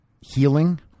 healing